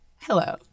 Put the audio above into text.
Hello